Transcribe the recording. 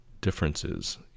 differences